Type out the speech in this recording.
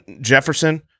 Jefferson